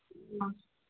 ꯑ